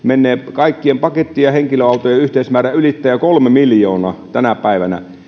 kaikkien paketti ja henkilöautojen yhteismäärä ylittää jo kolme miljoonaa tänä päivänä